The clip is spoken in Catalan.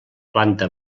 planta